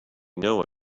know